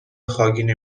خاگینه